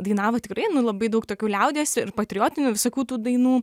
dainavo tikrai labai daug tokių liaudies ir patriotinių visokių tų dainų